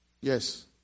Yes